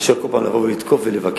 מאשר כל פעם לבוא ולתקוף ולבקר.